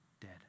Dead